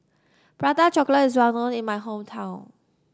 Prata Chocolate is well known in my hometown